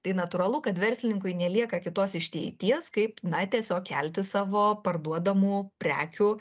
tai natūralu kad verslininkui nelieka kitos išeities kaip na tiesiog kelti savo parduodamų prekių